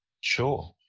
Sure